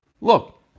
look